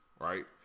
right